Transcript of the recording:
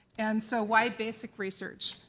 and so wide basic research.